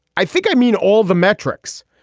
i think i mean all the metrics.